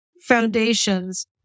foundations